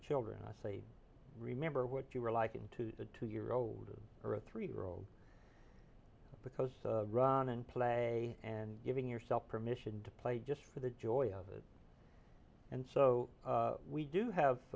children i say remember what you were like into a two year old or a three year old because run and play and giving yourself permission to play just for the joy of it and so we do have